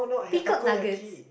pickled nuggets